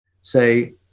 say